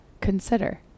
consider